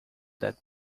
that